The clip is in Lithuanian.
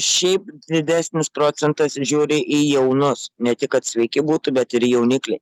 šiaip didesnis procentas žiūri į jaunus ne tik kad sveiki būtų bet ir jaunikliai